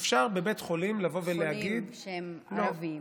אפשר בבית חולים לבוא ולהגיד, חולים שהם ערבים,